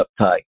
uptight